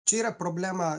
čia yra problema